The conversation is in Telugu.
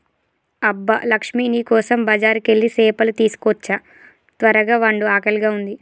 అబ్బ లక్ష్మీ నీ కోసం బజారుకెళ్ళి సేపలు తీసుకోచ్చా త్వరగ వండు ఆకలిగా ఉంది